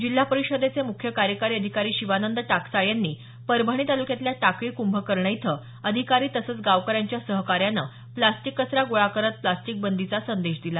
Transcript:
जिल्हा परिषदेचे मुख्य कार्यकारी शिवानंद टाकसाळे यांनी परभणी तालुक्यातील टाकळी कुंभकर्ण इथं अधिकारी तसंच गावकऱ्यांच्या सहकार्याने प्लास्टिक कचरा गोळा करत प्लास्टिक बंदीचा संदेश दिला